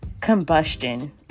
combustion